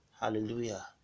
hallelujah